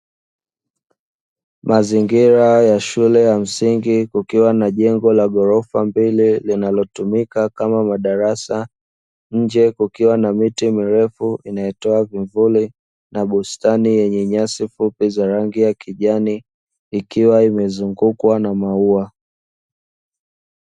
Mazingira ya shule ya msingi kukiwa na jengo la ghorofa mbili linalotumika kama madarasa, nje kukiwa na miti mirefu inayotoa vimvuli na bustani yenye nyasi fupi za rangi ya kijani ikiwa imezungukwa na maua.